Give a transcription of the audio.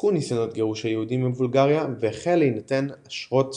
פסקו ניסיונות גירוש היהודים מבולגריה והחלו להינתן אשרות